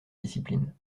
discipline